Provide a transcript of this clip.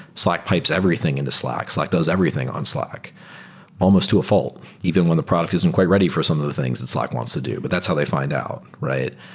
slack pipes everything into slack. slack does everything on slack almost to a fault. even when the product isn't quite ready for some of those things that slack wants to do, but that's how they find out, right?